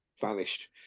vanished